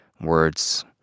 words